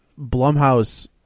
blumhouse